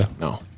No